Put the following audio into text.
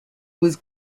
was